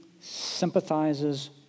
sympathizes